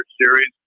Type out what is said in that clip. Series